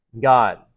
God